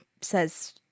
says